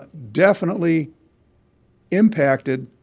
ah definitely impacted